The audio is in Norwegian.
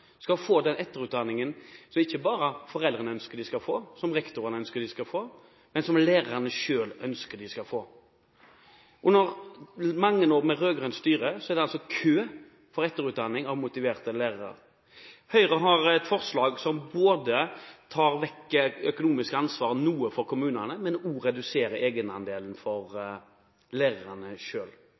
skal få den etterutdanningen som ikke bare foreldrene og rektorene ønsker at de skal få, men som lærerne selv ønsker. Etter mange år med rød-grønt styre er det kø for etterutdanning av motiverte lærere. Høyre har et forslag som både tar vekk noe økonomisk ansvar fra kommunene og reduserer egenandelen for lærerne